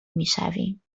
میشویم